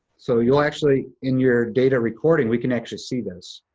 so you'll actually, in your data recording, we can actually see this.